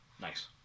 Nice